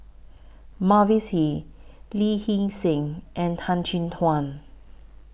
Mavis Hee Lee Hee Seng and Tan Chin Tuan